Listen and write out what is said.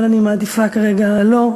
אבל אני מעדיפה כרגע שלא,